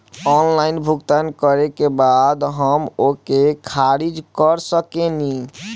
Online भुगतान करे के बाद हम ओके खारिज कर सकेनि?